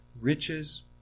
riches